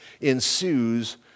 ensues